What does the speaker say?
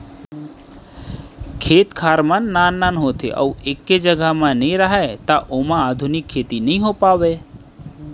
खेत खार मन नान नान होथे अउ एके जघा म नइ राहय त ओमा आधुनिक खेती नइ हो पावय